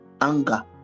anger